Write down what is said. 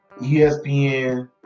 ESPN